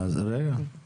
רגע,